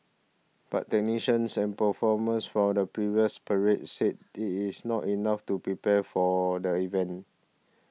but technicians and performers from the previous parades said that it is not enough to prepare for the event